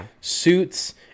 suits